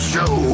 Show